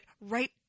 right